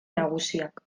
nagusiak